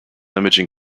imaging